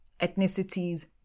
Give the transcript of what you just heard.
ethnicities